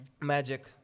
magic